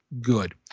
good